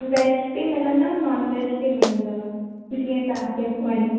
veg बि मिलंदव non veg बि मिलंदव जीअं तव्हां खे वणे